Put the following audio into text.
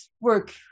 work